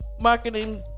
marketing